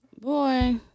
Boy